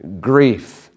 grief